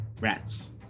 Rats